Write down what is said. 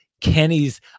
Kenny's